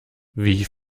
wie